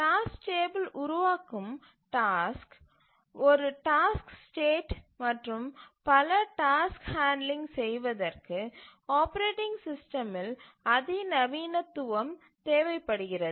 task table உருவாக்கும் task ஒரு task state மற்றும் பல டாஸ்க் ஹாண்டுலிங் செய்வதற்கு ஆப்பரேட்டிங் சிஸ்டமில் அதி நவீனத்துவம் தேவைப்படுகிறது